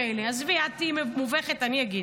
מילא, עזבי, את תהיי מובכת, אני אגיד,